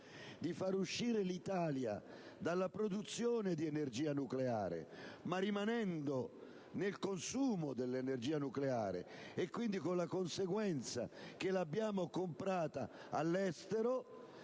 di far uscire l'Italia dalla produzione di energia nucleare, ma di rimanere nel consumo dell'energia nucleare, con la conseguenza che l'abbiamo comprata all'estero,